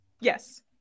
Yes